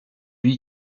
lui